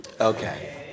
Okay